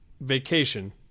Vacation